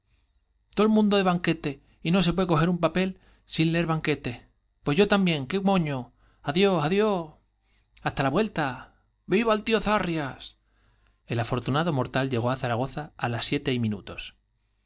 todo el mundo da banquetes y no se pué coger un papel sin leer banquetes j pues yo tamién qué moño j adiós j adiós hasta la vuelta zarrias j viva el tío el afortunado mortal á zaragoza á las siete llega y minutos